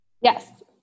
Yes